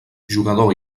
jugador